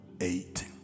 eight